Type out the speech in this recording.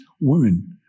women